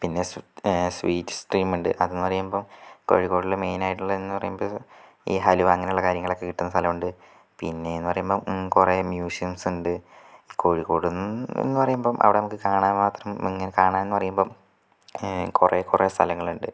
പിന്നെ sweet sweet സ്ട്രീമുണ്ട് അതെന്ന് പറയുമ്പം കോഴിക്കോടുള്ള മെയിനായിട്ടുള്ളേന്ന് പറയുമ്പം ഈ ഹലോ അങ്ങനെയുള്ള കാര്യങ്ങളൊക്കെ കിട്ടുന്ന സ്ഥലോണ്ട് പിന്നേന്ന് പറയുമ്പം കുറെ മ്യൂസിയമ്സ് ഉണ്ട് കോഴിക്കോടെന്ന് എന്ന് പറയുമ്പം അവിടെ നമുക്ക് കാണാൻ മാത്രം ഇങ്ങനെ കാണാന്ന് പറയുമ്പം കുറെ കുറെ സ്ഥലങ്ങളുണ്ട്